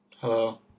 Hello